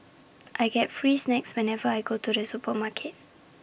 I get free snacks whenever I go to the supermarket